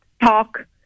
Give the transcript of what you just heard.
talk